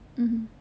mmhmm